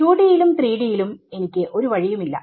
2D യിലും 3 D യിലും എനിക്ക് ഒരു വഴിയും ഇല്ല